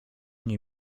nie